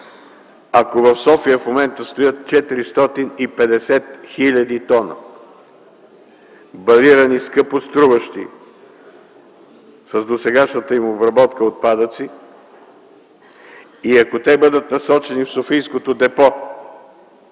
ако в София в момента стоят 450 хиляди тона балирани скъпоструващи с досегашната им обработка отпадъци и ако те бъдат насочени в софийското депо,